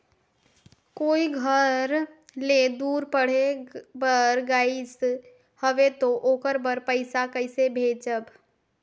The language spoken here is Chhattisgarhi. कोई घर ले दूर पढ़े बर गाईस हवे तो ओकर बर पइसा कइसे भेजब?